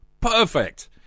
Perfect